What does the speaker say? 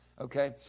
Okay